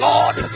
Lord